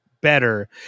better